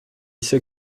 ceux